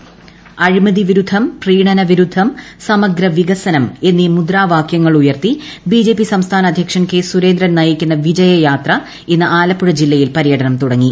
വിജയ യാത്ര ആലപ്പുഴ അഴിമതി വിരുദ്ധം പ്രീണന വിരുദ്ധം സമഗ്ര വികസനം എന്നീ മുദ്രാവാക്യങ്ങൾ ഉയർത്തി ബിജെപി സംസ്ഥാന അദ്ധ്യക്ഷൻ കെ സുരേന്ദ്രൻ നയിക്കുന്ന വിജയ യാത്ര ഇന്ന് ആലപ്പുഴ ജില്ലയിൽ പര്യടനം തുടങ്ങി